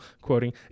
quoting